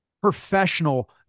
professional